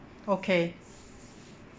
okay